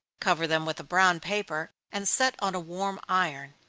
cover them with a brown paper, and set on a warm iron.